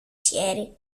χέρι